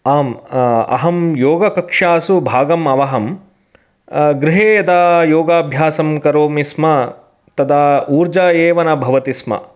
आम् अहं योगकक्षासु भागम् अवहम् गृहे यदा योगाभ्यासं करोमि स्म तदा ऊर्जा एव न भवति स्म